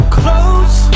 close